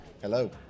hello